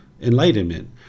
enlightenment